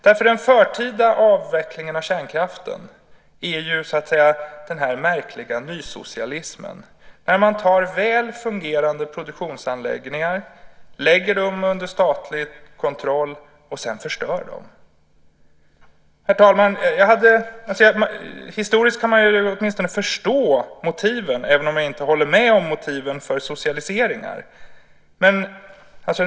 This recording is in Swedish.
Den förtida avvecklingen av kärnkraften är den märkliga nysocialismen. Man tar väl fungerande produktionsanläggningar, lägger dem under statlig kontroll och förstör dem sedan. Herr talman! Historiskt kan jag åtminstone förstå motiven för socialiseringar även om jag inte håller med om dem.